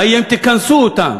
מה יהיה אם תכנסו אותן,